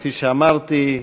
כפי שאמרתי,